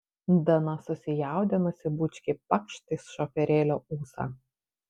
dana susijaudinusi bučkį pakšt į šoferėlio ūsą